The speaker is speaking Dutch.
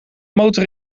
motor